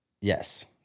Yes